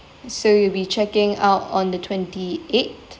so you'll be checking out on the twenty eight